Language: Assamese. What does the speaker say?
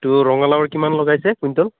তো ৰঙালাও কিমান লগাইছে কুইণ্টল